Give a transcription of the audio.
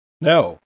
No